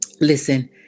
Listen